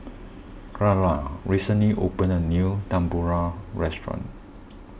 Kyara recently opened a new Tempura restaurant